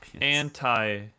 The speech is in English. anti